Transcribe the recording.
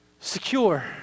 secure